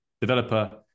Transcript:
developer